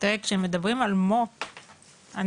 כשמדברים על מו"פ,